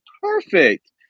perfect